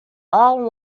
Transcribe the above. all